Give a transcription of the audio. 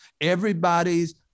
Everybody's